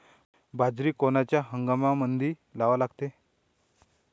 बाजरी कोनच्या हंगामामंदी लावा लागते?